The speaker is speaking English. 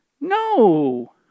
no